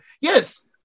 yes